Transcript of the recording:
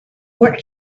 were